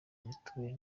mituweli